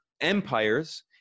empires